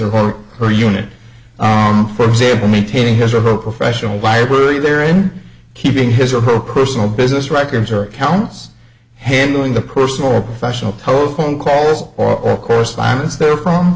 or her unit for example maintaining his or her professional library there in keeping his or her personal business records or accounts handling the personal or professional postpone calls or correspondence there from